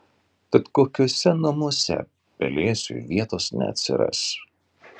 tad kokiuose namuose pelėsiui vietos neatsiras